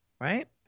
right